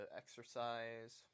exercise